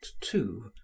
two